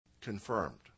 confirmed